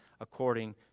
according